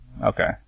Okay